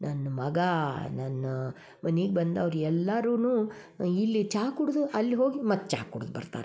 ನನ್ನ ಮಗ ನನ್ನ ಮನಿಗೆ ಬಂದವ್ರು ಎಲ್ಲಾರು ಇಲ್ಲಿ ಚಾ ಕುಡ್ದು ಅಲ್ಲಿ ಹೋಗಿ ಮತ್ತು ಚಾ ಕುಡ್ದು ಬರ್ತಾರೆ